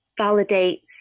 validates